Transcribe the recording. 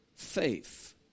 faith